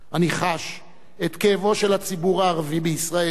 אני חש את כאבו של הציבור הערבי בישראל,